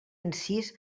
incís